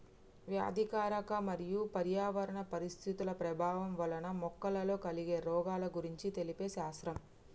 వ్యాధికారక మరియు పర్యావరణ పరిస్థితుల ప్రభావం వలన మొక్కలలో కలిగే రోగాల గురించి తెలిపే శాస్త్రం